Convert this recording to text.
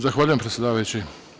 Zahvaljujem, predsedavajući.